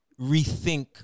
rethink